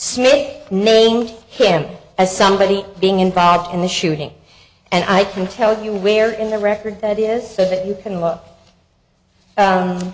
smith named him as somebody being involved in the shooting and i can tell you where in the record that is so that you can